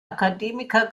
akademiker